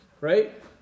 Right